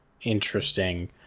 Interesting